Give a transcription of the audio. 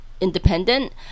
independent